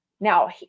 Now